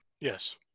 Yes